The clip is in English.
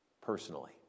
personally